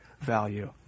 value